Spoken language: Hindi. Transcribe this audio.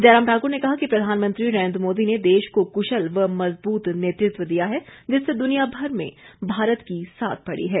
जयराम ठाक्र ने कहा कि प्रधानमंत्री नरेन्द्र मोदी ने देश को क्शल व मज़बूत नेतृत्व दिया है जिससे दुनियाभर में भारत की साख बढ़ी है